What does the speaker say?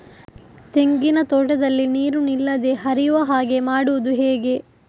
ತೆಂಗಿನ ತೋಟದಲ್ಲಿ ನೀರು ನಿಲ್ಲದೆ ಹರಿಯುವ ಹಾಗೆ ಮಾಡುವುದು ಹೇಗೆ?